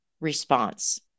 response